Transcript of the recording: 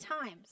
times